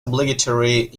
obligatory